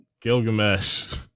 Gilgamesh